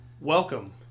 Welcome